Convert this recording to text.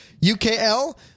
UKL